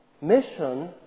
Mission